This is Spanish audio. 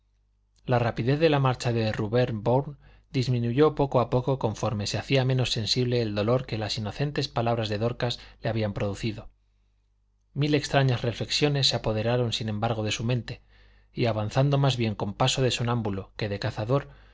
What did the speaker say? la rapidez de la marcha de rubén bourne disminuyó poco a poco conforme se hacía menos sensible el dolor que las inocentes palabras de dorcas le habían producido mil extrañas reflexiones se apoderaron sin embargo de su mente y avanzando más bien con paso de somnámbulo que de cazador